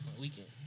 weekend